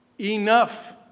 enough